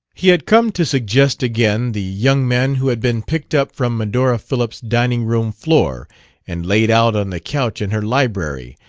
he had come to suggest again the young man who had been picked up from medora phillips' dining-room floor and laid out on the couch in her library,